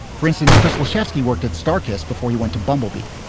for instance, crystal chayefsky worked at starkest before he went to bumblebee.